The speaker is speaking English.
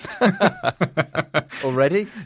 Already